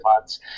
months